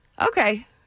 Okay